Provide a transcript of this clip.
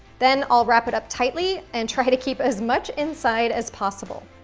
then, i'll wrap it up tightly and try to keep as much inside as possible.